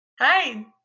Hi